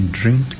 drink